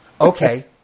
Okay